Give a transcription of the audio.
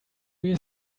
you